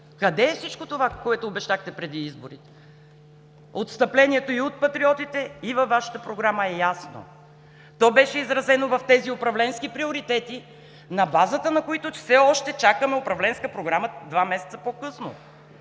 Къде е всичко това, което обещахте преди изборите? Отстъплението и от патриотите, и във Вашата програма е ясно. То беше изразено в тези управленски приоритети, на базата на които все още чакаме управленска програма два месеца по-късно.